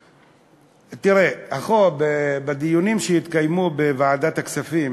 תראה, בדיונים שהתקיימו בוועדת הכספים